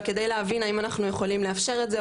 אבל אנחנו צריכים להבין אם אנחנו יכולים לאפשר את זה,